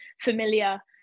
familiar